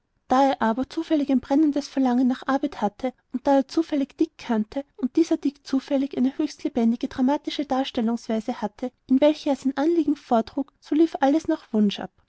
aber zufällig ein brennendes verlangen nach arbeit hatte und da er zufällig dick kannte und dieser dick zufällig eine höchst lebendige dramatische darstellungsweise hatte in welcher er sein anliegen vortrug so lief alles nach wunsch ab